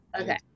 Okay